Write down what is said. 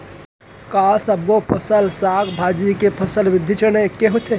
का सबो फसल, साग भाजी के फसल वृद्धि चरण ऐके होथे?